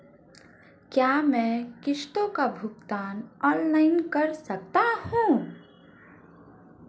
क्या मैं किश्तों का भुगतान ऑनलाइन कर सकता हूँ?